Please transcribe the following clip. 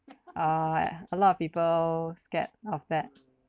uh a lot of people scared of that